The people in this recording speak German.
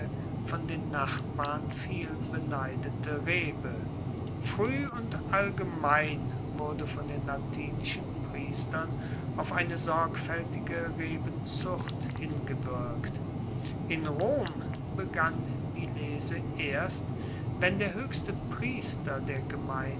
von den nachbarn vielbeneidete rebe frueh und allgemein wurde von den latinischen priestern auf eine sorgfaeltige rebenzucht hingewirkt in rom begann die lese erst wenn der hoechste priester der